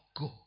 go